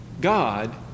God